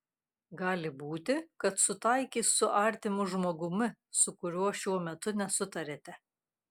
gali būti kad sutaikys su artimu žmogumi su kuriuo šiuo metu nesutariate